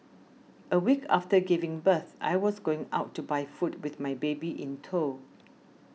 a week after giving birth I was going out to buy food with my baby in tow